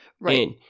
Right